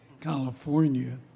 California